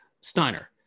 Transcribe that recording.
Steiner